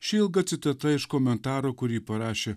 ši ilga citata iš komentaro kurį parašė